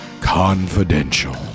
Confidential